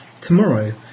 tomorrow